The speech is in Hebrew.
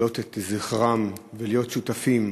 להעלות את זכרם ולהיות שותפים